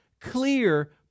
clear